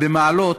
במעלות,